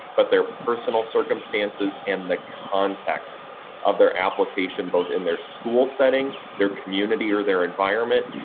but their personal circumstances and the context of their application both in their school setting, their community or their environment,